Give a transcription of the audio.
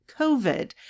COVID